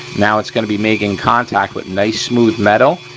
now it's gonna be making contact with nice, smooth metal.